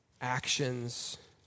actions